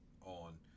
on